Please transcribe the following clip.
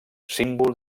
símbol